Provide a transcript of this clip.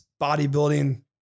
bodybuilding